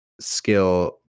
skill